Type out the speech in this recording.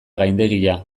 gaindegia